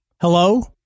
Hello